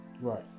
Right